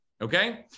Okay